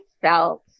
felt